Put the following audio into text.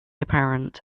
apparent